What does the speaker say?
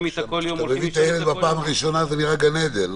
כשאתה מביא את הילד בפעם הראשונה זה נראה גן עדן,